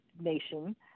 nation